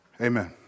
Amen